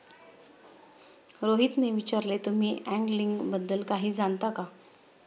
रोहितने विचारले, तुम्ही अँगलिंग बद्दल काही जाणता का?